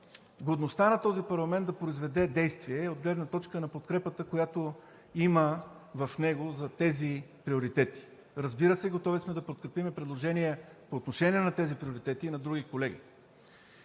годността на този парламент да произведе действие от гледна точка на подкрепата, която има в него, за тези приоритети. Разбира се, готови сме да подкрепим предложения по отношение на тези приоритети и на други колеги.